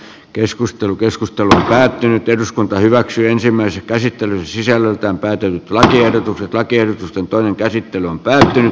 keskustelu keskustelu päättyi eduskunta hyväksyi ensimmäisen tai sitten on sisällöltään päätynyt laihdutuksen takia toinen käsittely on päättynyt